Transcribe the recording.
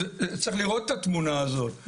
צריך לראות את התמונה הזאת,